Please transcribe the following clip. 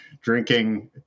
drinking